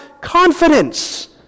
confidence